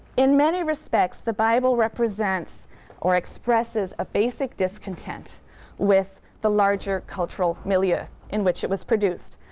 in many respects, the bible represents or expresses a basic discontent with the larger cultural milieu in which it was produced,